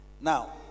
Now